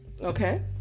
Okay